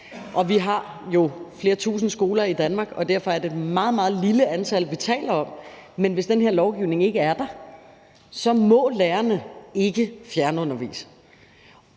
Vi har jo flere tusind skoler i Danmark, og derfor er det et meget, meget lille antal, vi taler om. Men hvis den her lovgivning ikke er der, må lærerne ikke fjernundervise.